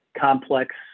complex